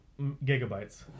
gigabytes